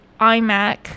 iMac